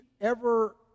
ever-